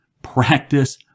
practice